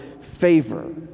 favor